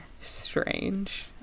strange